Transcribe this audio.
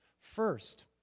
First